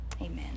Amen